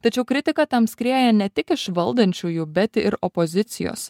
tačiau kritika tam skrieja ne tik iš valdančiųjų bet ir opozicijos